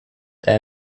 their